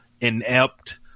inept